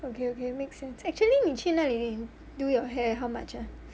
okay okay make sense actually 你去哪里 do your hair how much ah